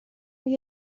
اون